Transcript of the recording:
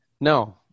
no